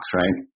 right